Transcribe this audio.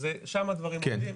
אז שם הדברים עומדים,